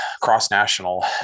cross-national